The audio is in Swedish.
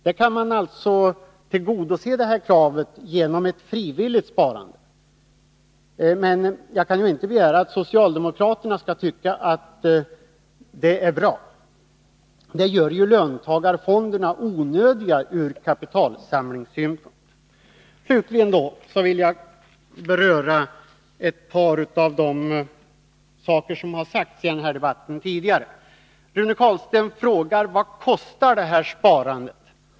Det kravet kan alltså tillgodoses genom ett frivilligt sparande, men jag kan inte begära att socialdemokraterna skall tycka att det är bra, för det gör ju löntagarfonderna onödiga ur kapitalsamlingssynpunkt. Slutligen vill jag beröra ett par av de saker som har sagts tidigare under den här debatten. Rune Carlstein frågar: Vad kostar det här sparandet?